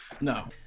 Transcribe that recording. No